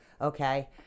okay